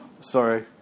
sorry